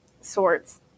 sorts